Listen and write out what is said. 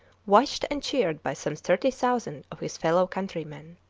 watched and cheered by some thirty thousand of his fellow-countrymen.